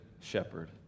shepherd